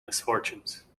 misfortunes